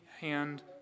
hand